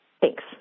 Thanks